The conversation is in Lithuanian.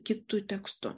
kitu tekstu